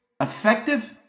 Effective